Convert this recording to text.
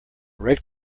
rake